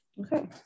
okay